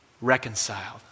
Reconciled